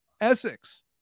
Essex